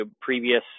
previous